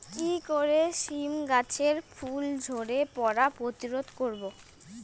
কি করে সীম গাছের ফুল ঝরে পড়া প্রতিরোধ করব?